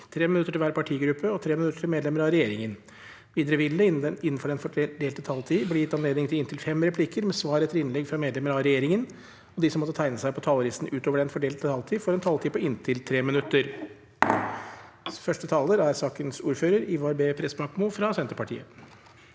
3 minutter til hver partigruppe og 3 minutter til medlemmer av regjeringen. Videre vil det – innenfor den fordelte taletid – bli gitt anledning til inntil fem replikker med svar etter innlegg fra medlemmer av regjeringen, og de som måtte tegne seg på talerlisten utover den fordelte taletid, får også en taletid på inntil 3 minutter. Ivar B. Prestbakmo (Sp)